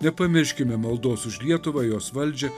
nepamirškime maldos už lietuvą jos valdžią